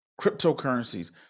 cryptocurrencies